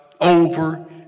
Over